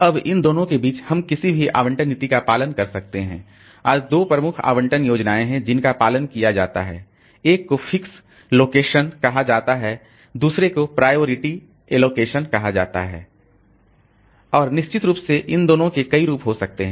अब इन दोनों के बीच हम किसी भी आवंटन नीति का पालन कर सकते हैं और दो प्रमुख आवंटन योजनाएं हैं जिनका पालन किया जाता है एक को फिक्स लोकेशन कहा जाता है दूसरे को प्रायोरिटी एलोकेशन कहा जाता है और निश्चित रूप से इन दोनों के कई रूप हो सकते हैं